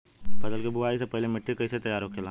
फसल की बुवाई से पहले मिट्टी की कैसे तैयार होखेला?